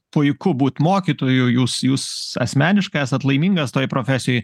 puiku būt mokytoju jūs jūs asmeniškai esat laimingas toj profesijoj